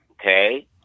Okay